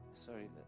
Sorry